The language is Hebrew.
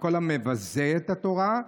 וכל המבזה את התורה,